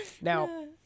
Now